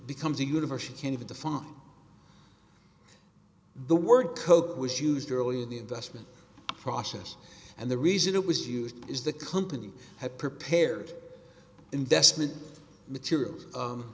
becomes a university can you define the word coke was used earlier in the investment process and the reason it was used is the company had prepared investment materials